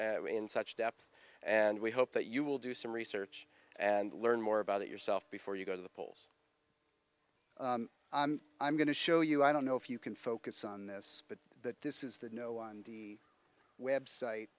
in such depth and we hope that you will do some research and learn more about yourself before you go to the polls i'm going to show you i don't know if you can focus on this but that this is the no on the website